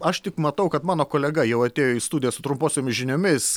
aš tik matau kad mano kolega jau atėjo į studiją su trumposiomis žiniomis